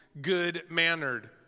good-mannered